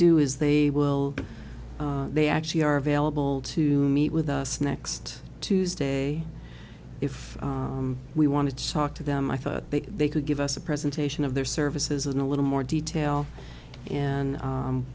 do is they will they actually are available to meet with us next tuesday if we want to talk to them i thought they could give us a presentation of their services in a little more detail and